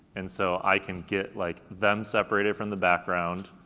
and so i can get like them separated from the background